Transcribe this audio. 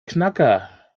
knacker